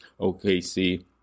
OKC